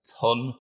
ton